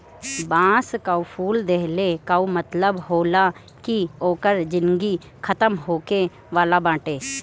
बांस कअ फूल देहले कअ मतलब होला कि ओकर जिनगी खतम होखे वाला बाटे